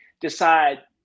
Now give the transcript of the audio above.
decide